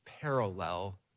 parallel